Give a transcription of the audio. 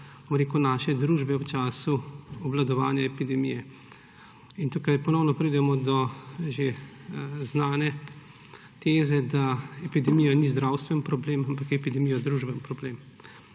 grlo naše družbe v času obvladovanja epidemije. In tukaj ponovno pridemo do že znane teze, da epidemija ni zdravstveni problem, ampak je epidemija družbeni problem.